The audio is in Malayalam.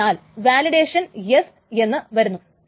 അതിനാൽ വാലിഡേഷൻ യെസ് എന്ന് വരുന്നു